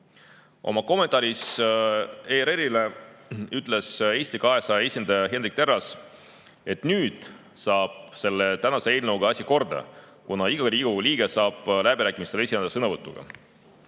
kommentaaris ERR-ile ütles Eesti 200 esindaja Hendrik Terras, et nüüd saab selle tänase eelnõuga asi korda, kuna iga Riigikogu liige saab läbirääkimistel esineda sõnavõtuga.